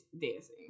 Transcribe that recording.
dancing